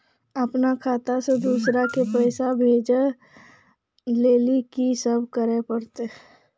अपनो खाता से दूसरा के पैसा भेजै लेली की सब करे परतै?